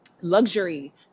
luxury